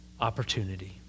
opportunity